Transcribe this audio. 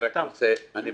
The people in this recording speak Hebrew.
מה